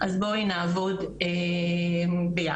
אז בואי נעבוד ביחד".